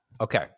Okay